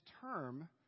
term